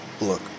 Look